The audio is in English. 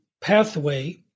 pathway